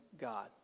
God